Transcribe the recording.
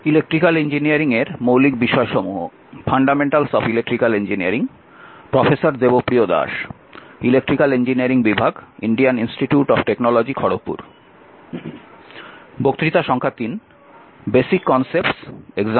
সুতরাং আমরা কয়েকটি উদাহরণ দেখলাম